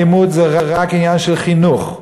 אלימות זה רק עניין של חינוך.